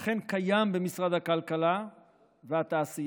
אכן קיים במשרד הכלכלה והתעשייה,